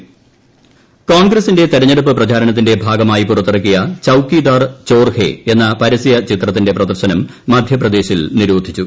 ചൌക്കിദാർ ചോർഹെ കോൺഗ്രസിന്റെ തെരഞ്ഞെടുപ്പ് പ്രചാരണത്തിന്റെ ഭാഗമായി പുറത്തിറക്കിയ ചൌക്കിദാർ ചോർഹെ എന്ന പരസ്യ ചിത്രത്തിന്റെ പ്രദർശനം മധ്യപ്രദേശിൽ നിരോധിച്ചു